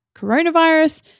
coronavirus